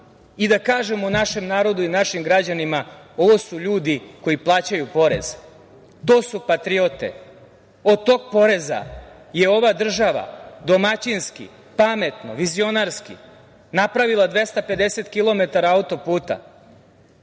i da kažemo našem narodu i našim građanima ovo su ljudi koji plaćaju porez, to su patriote, od tog poreza je ova država domaćinski, pametno, vizionarski napravila 250 kilometara